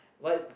what